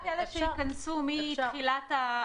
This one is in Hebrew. רק אלה שייכנסו מתחילת התקנות.